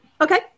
Okay